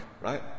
right